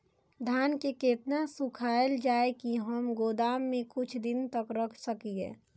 धान के केतना सुखायल जाय की हम गोदाम में कुछ दिन तक रख सकिए?